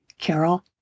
Carol